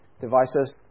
devices